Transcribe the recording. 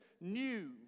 new